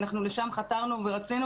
אנחנו לשם חתרנו ורצינו